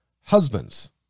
husbands